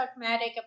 dogmatic